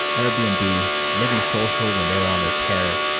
air b and b, livingsocial when they were on their terror.